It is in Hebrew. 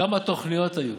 כמה תוכניות היו,